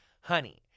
Honey